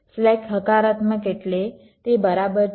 slack હકારાત્મક એટલે તે બરાબર છે